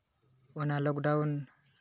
ᱚᱱᱟ ᱞᱚᱠᱰᱟᱣᱩᱱ